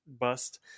bust